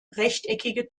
rechteckige